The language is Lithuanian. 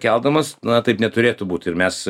keldamas na taip neturėtų būt ir mes